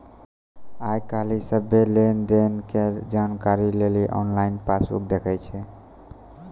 आइ काल्हि सभ्भे लेन देनो के जानकारी लेली आनलाइन पासबुक देखै छै